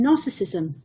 narcissism